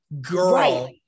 Girl